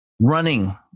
running